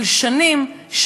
אבל שנים,